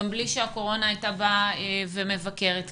גם בלי שהקורונה הייתה באה ומבקרת כאן.